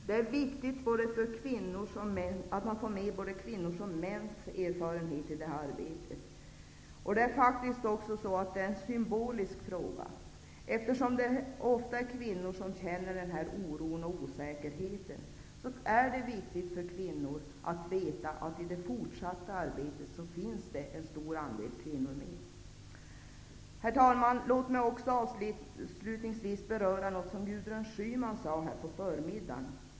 Det är viktigt att få med både kvinnors och mäns erfarenheter i det arbetet. Det är faktiskt också en symbolisk fråga. Eftersom det ofta är kvinnor som känner oro och osäkerhet, är det viktigt för kvinnor att veta att det finns en stor andel kvinnor med i det fortsatta arbetet. Herr talman! Låt mig avslutningsvis beröra något som Gudrun Schyman sade på förmiddagen.